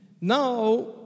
Now